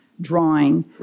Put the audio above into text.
drawing